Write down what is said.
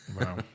Wow